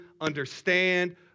understand